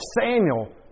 Samuel